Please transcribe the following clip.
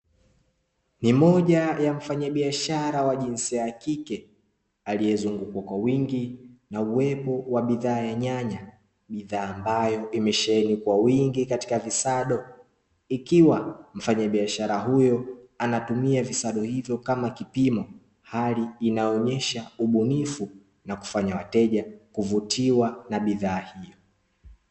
Ni moja ya mfanyabiashara wa jinsia ya kike aliyezungukwa kwa wingi na uwepo wa bidhaa ya nyanya, bidhaa ambayo imesheheni kwa wingi katika visado ikiwa mfanyabiashara huyo anatumia visado hivyo kama kipimo, hali inayoonesha ubunifu na kufanya wateja kuvutiwa na bidhaa hiyo.